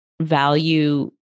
value